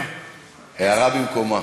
הערה במקומה.